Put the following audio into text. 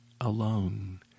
alone